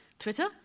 Twitter